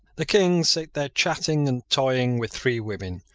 the king sate there chatting and toying with three women,